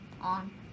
on